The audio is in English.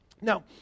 Now